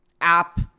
app